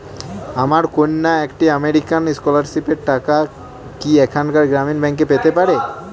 আমার কন্যা একটি আমেরিকান স্কলারশিপের টাকা কি এখানকার গ্রামীণ ব্যাংকে পেতে পারে?